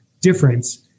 difference